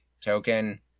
token